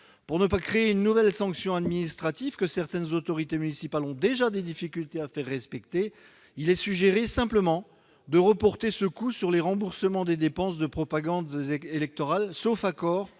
Pour ne pas créer une nouvelle sanction administrative que certaines autorités municipales ont déjà des difficultés à faire respecter, il est simplement suggéré de reporter ce coût sur les remboursements des dépenses de propagande électorale, sauf apport